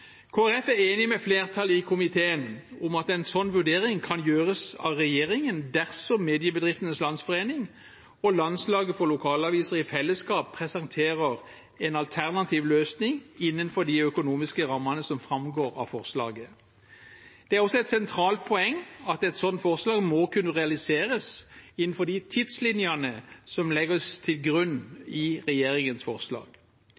Folkeparti er enig med flertallet i komiteen i at en slik vurdering kan gjøres av regjeringen dersom Mediebedriftenes Landsforening og Landslaget for lokalaviser i fellesskap presenterer en alternativ løsning innenfor de økonomiske rammene som framgår av forslaget. Det er også et sentralt poeng at et slikt forslag må kunne realiseres innenfor de tidslinjene som legges til grunn i regjeringens forslag.